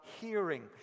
hearing